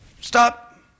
Stop